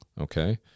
Okay